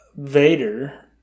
Vader